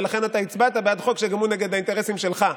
ולכן אתה הצבעת בעד חוק שהוא נגד האינטרסים שלך,